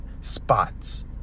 spots